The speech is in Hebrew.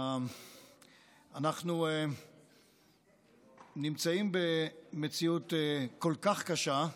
אנחנו נמצאים במציאות כל כך קשה,